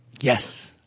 yes